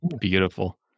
Beautiful